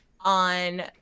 On